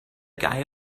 guy